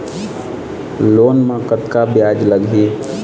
Loan म कतका ब्याज लगही?